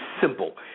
simple